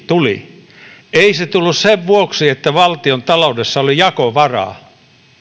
tuli ei se tullut sen vuoksi että valtiontaloudessa oli jakovaraa